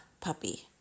puppy